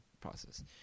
process